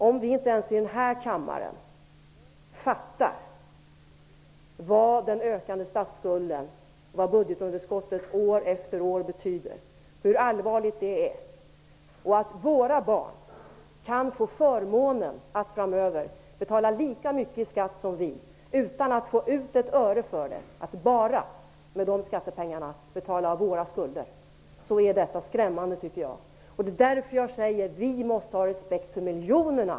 Om vi inte ens i den här kammaren fattar vad en ökande statsskuld och ett budgetunderskott år efter år betyder, hur allvarligt det är och att våra barn kan få ''förmånen'' att framöver betala lika mycket i skatt som vi, utan att få ut ett öre för det, utan att med de skattepengarna bara betala av våra skulder, då är det skrämmande. Det är därför jag säger att vi i den här kammaren måste ha respekt för miljonerna.